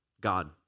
God